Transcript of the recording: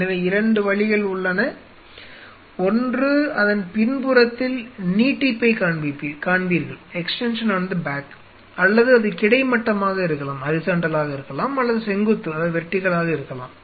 எனவே 2 வழிகள் உள்ளன ஒன்று அதன் பின்புறத்தில் நீட்டிப்பைக் காண்பீர்கள் அல்லது அது கிடைமட்டமாக இருக்கலாம் அல்லது செங்குத்தாக இருக்கலாம்